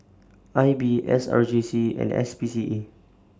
I B S R J C and S P C A